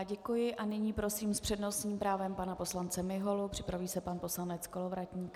Děkuji a nyní prosím s přednostním právem pana poslance Miholu, připraví se pan poslanec Kolovratník.